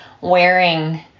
wearing